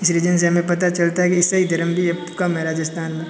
इस रीज़न से हमें पता चलता है कि ईसाई धर्म भी अब कम है राजस्थान में